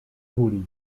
tuli